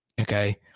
Okay